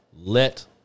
let